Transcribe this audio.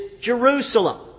Jerusalem